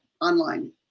online